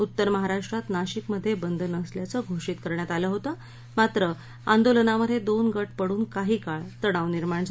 उत्तर महाराष्ट्रात नाशिकमध्यविद नसल्याचं घोषित करण्यात आलं होतं मात्र आंदोलनामध्यविन गट पडून काही काळ तणाव निर्माण झाला